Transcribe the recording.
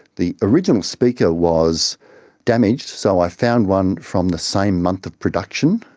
the original speaker was damaged, so i found one from the same month of production,